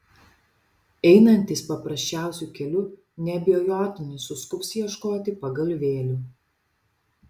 einantys paprasčiausiu keliu neabejotinai suskubs ieškoti pagalvėlių